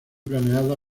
planeada